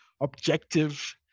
objective